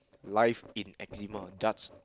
life in eczema that's